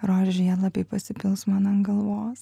rožių žiedlapiai pasipils man ant galvos